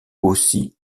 aussi